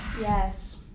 Yes